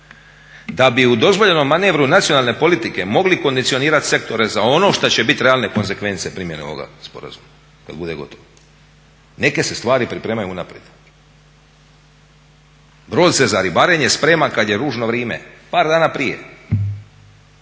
Da bi u dozvoljenom manevru nacionalne politike mogli kondicionirati sektore za ono što će biti realne konzekvence primjene ovoga sporazuma kad bude gotov. Neke se stvari pripremaju unaprijed. Brod se za ribarenje sprema kad je ružno vrijeme, par dana prije.